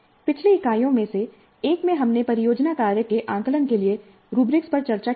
पिछली इकाइयों में से एक में हमने परियोजना कार्य के आकलन के लिए रूब्रिक पर चर्चा की थी